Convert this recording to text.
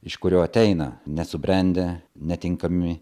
iš kurio ateina nesubrendę netinkami